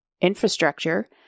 infrastructure-